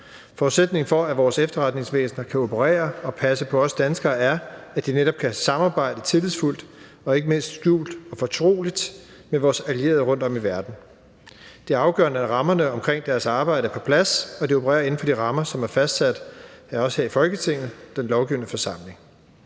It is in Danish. Forudsætningen for, at vores efterretningsvæsener kan operere og passe på os danskere, er, at de netop kan samarbejde tillidsfuldt og ikke mindst skjult og fortroligt med vores allierede rundtom i verden. Det er afgørende, at rammerne omkring deres arbejde er på plads, når de opererer inden for de rammer, som er fastsat af os her i Folketinget, den lovgivende forsamling.